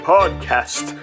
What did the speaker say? Podcast